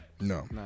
no